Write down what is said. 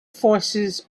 forces